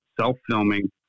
self-filming